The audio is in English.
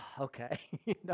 okay